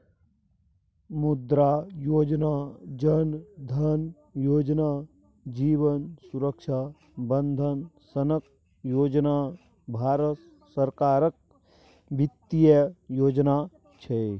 मुद्रा योजना, जन धन योजना, जीबन सुरक्षा बंदन सनक योजना भारत सरकारक बित्तीय योजना छै